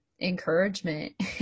encouragement